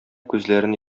күзләрен